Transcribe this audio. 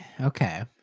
Okay